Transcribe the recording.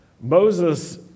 Moses